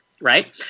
Right